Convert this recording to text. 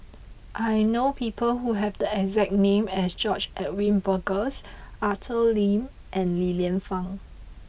I know people who have the exact name as George Edwin Bogaars Arthur Lim and Li Lienfung